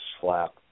slap